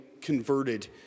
converted